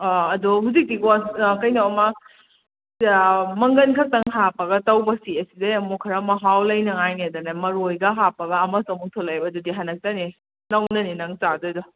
ꯑꯥ ꯑꯗꯣ ꯍꯧꯖꯤꯛꯇꯤꯀꯣ ꯀꯩꯅꯣ ꯑꯃ ꯃꯪꯒꯜ ꯈꯛꯇꯪ ꯍꯥꯞꯄꯒ ꯇꯧꯕꯁꯤ ꯑꯁꯤꯗꯩ ꯑꯃꯨꯛ ꯈꯔ ꯃꯍꯥꯎ ꯂꯩꯅꯤꯡꯉꯥꯏꯅꯅꯦꯗꯅ ꯃꯔꯣꯏꯒ ꯍꯥꯞꯄꯒ ꯑꯃꯁꯨ ꯑꯃꯨꯛ ꯊꯣꯂꯛꯑꯦꯕ ꯑꯗꯨꯗꯤ ꯍꯟꯗꯛꯇꯅꯤ ꯅꯧꯅꯅꯤ ꯅꯪ ꯆꯥꯗꯣꯏꯗꯣ